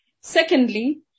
Secondly